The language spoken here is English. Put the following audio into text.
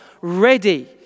ready